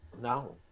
No